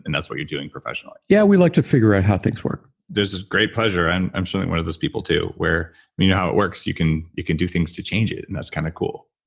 and that's what you're doing professionally yeah. we like to figure out how things work there's this great pleasure. and i'm certainly one of those people too you know how it works. you can you can do things to change it. and that's kind of cool.